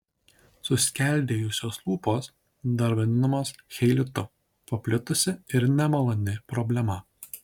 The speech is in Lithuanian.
suskeldėjusios lūpos dar vadinamos cheilitu paplitusi ir nemaloni problema